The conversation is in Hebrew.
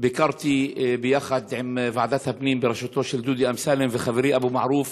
ביקרתי יחד עם ועדת הפנים בראשותו של דודי אמסלם וחברי אבו מערוף